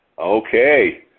Okay